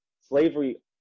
slavery